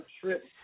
trip